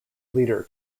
leader